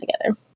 together